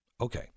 Okay